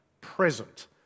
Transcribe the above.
present